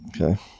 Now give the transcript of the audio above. Okay